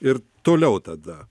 ir toliau tada